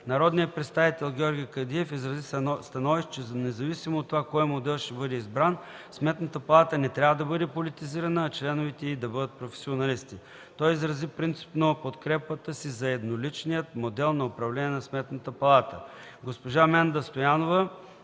Народният представител Георги Кадиев изрази становище, че независимо от това кой модел ще бъде избран Сметната палата не трябва да бъде политизирана, а членовете й да бъдат професионалисти. Той изрази принципно подкрепата си за едноличния модел на управление на Сметната палата. Госпожа Менда Стоянова